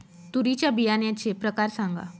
तूरीच्या बियाण्याचे प्रकार सांगा